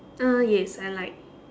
uh yes I like